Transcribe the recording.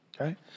okay